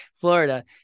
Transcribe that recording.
Florida